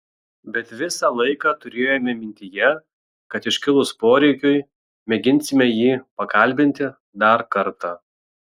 bet visą laiką turėjome mintyje kad iškilus poreikiui mėginsime jį pakalbinti dar kartą